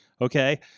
okay